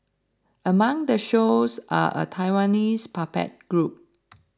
among the shows are a Taiwanese puppet group